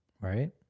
Right